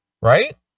right